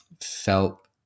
felt